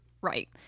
right